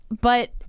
But-